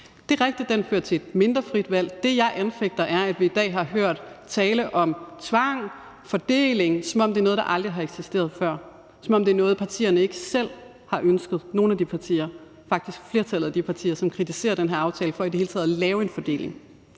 at den fører til et mindre frit valg. Det, jeg anfægter, er, at vi i dag har hørt tale om tvangsfordeling, som om det er noget, der aldrig har eksisteret før, som om det er noget, partierne ikke selv har ønsket – faktisk flertallet af de partier, som kritiserer den her aftale for i det hele taget at lave en fordeling.